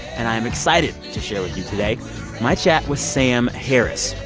and i am excited to share with you today my chat with sam harris,